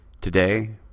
Today